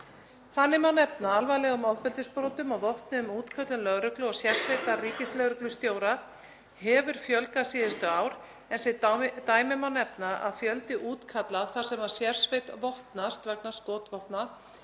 Þannig má nefna að alvarlegum ofbeldisbrotum og vopnuðum útköllum lögreglu og sérsveitar ríkislögreglustjóra hefur fjölgað síðustu ár. Sem dæmi má nefna að fjöldi útkalla þar sem sérsveit vopnast vegna skotvopna